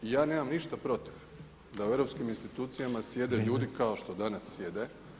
I ja nemam ništa protiv da u europskim institucijama sjede ljudi kao što danas sjede.